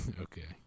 Okay